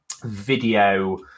video